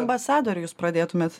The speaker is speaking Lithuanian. ambasadorių jūs pradėtumėt